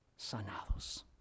sanados